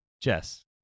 Jess